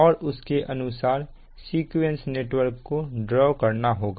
और उसके अनुसार सीक्वेंस नेटवर्क को ड्रॉ करना होगा